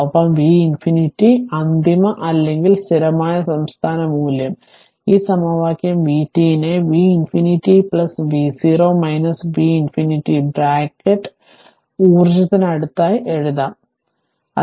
ഒപ്പം v ∞ അന്തിമ അല്ലെങ്കിൽ സ്ഥിരമായ സംസ്ഥാന മൂല്യം അതിനാൽ ഈ സമവാക്യം vt നെ v ∞ v0 v ∞ ബ്രാക്കറ്റ് എന്ന് e ർജ്ജത്തിന് അടുത്തായി എഴുതാം t